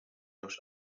los